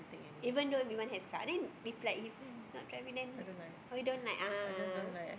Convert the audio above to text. even though everyone has car then if like he's not driving then oh you don't like ah